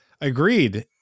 Agreed